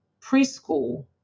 preschool